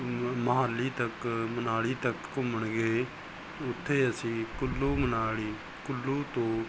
ਮਹਾਲੀ ਤੱਕ ਮਨਾਲੀ ਤੱਕ ਘੁੰਮਣਗੇ ਉੱਥੇ ਅਸੀਂ ਕੁੱਲੂ ਮਨਾਲੀ ਕੁੱਲੂ ਤੋਂ